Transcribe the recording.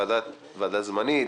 ועדה זמנית,